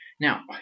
Now